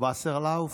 וסרלאוף,